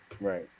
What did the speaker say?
Right